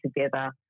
together